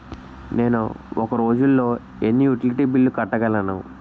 నేను ఒక రోజుల్లో ఎన్ని యుటిలిటీ బిల్లు కట్టగలను?